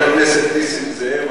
חבר הכנסת נסים זאב,